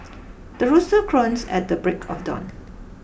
the rooster crows at the break of dawn